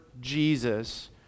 Jesus